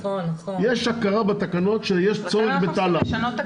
יש הכרה בתקנות שיש צורך בתא לחץ,